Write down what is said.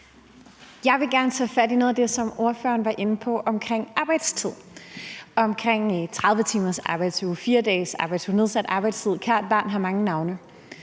Jeg vil gerne tage fat i noget af det, som ordføreren var inde på, omkring arbejdstid, omkring 30-timersarbejdsuge, 4-dagesarbejdsuge, nedsat arbejdstid – kært barn har mange navne.